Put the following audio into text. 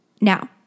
Now